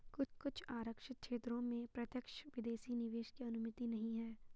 कुछ आरक्षित क्षेत्रों में प्रत्यक्ष विदेशी निवेश की अनुमति नहीं है